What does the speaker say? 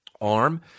arm